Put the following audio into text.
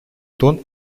тон